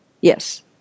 Yes